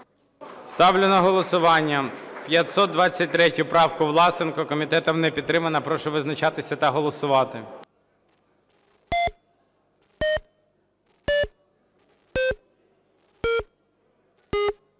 Ставлю на голосування 523 правку Власенка. Комітетом не підтримана. Прошу визначатися та голосувати.